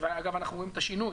ואגב אנחנו רואים את השינוי.